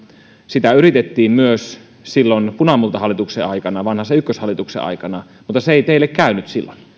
sitä yritettiin myös silloin punamultahallituksen aikana vanhasen ykköshallituksen aikana mutta se ei teille käynyt silloin